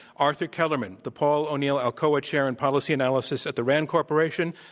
arthur kellermann, the paul o'neill ah co-chair and policy analyst at the rand corporation.